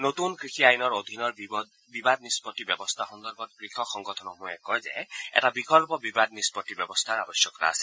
নতুন কৃষি আইনসমূহৰ অধীনৰ বিবাদ নিষ্পত্তি ব্যৱস্থা সন্দৰ্ভত কৃষক সংগঠনসমূহে কয় যে এটা বিকল্প বিবাদ নিষ্পণ্ডি ব্যৱস্থাৰ আৱশ্যকতা আছে